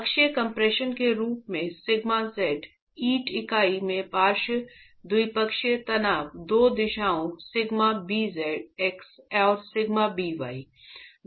अक्षीय कम्प्रेशन के रूप में σz ईंट इकाई में पार्श्व द्विपक्षीय तनाव दो दिशाओं σ bx और σ by